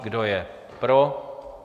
Kdo je pro?